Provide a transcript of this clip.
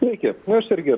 sveiki nu aš irgi